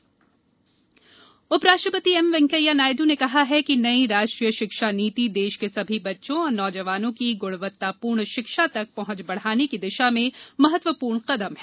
उपराष्ट्रपति उपराष्ट्रपति एम वेकैंया नायडू ने कहा कि नई राष्ट्रीय शिक्षा नीति देश के सभी बच्चों और नौजवानों की गुणवत्तापूर्ण शिक्षा तक पहुंच बढ़ाने की दिशा में महत्वपूर्ण कदम है